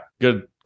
good